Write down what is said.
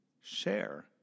share